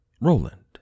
Roland